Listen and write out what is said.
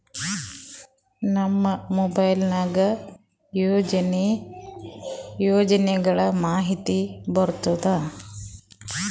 ನಮ್ ಮೊಬೈಲ್ ಗೆ ಯೋಜನೆ ಗಳಮಾಹಿತಿ ಬರುತ್ತ?